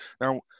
Now